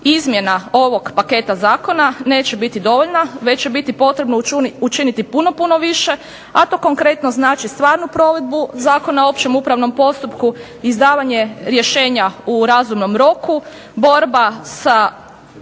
izmjena ovog paketa zakona neće biti dovoljna već će biti potrebno učiniti puno, puno više, a to konkretno znači stvarnu provedbu Zakona o općem upravnom postupku i izdavanje rješenja u razumnom roku, borba sa